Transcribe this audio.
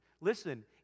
Listen